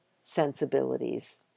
sensibilities